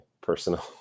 personal